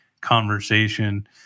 conversation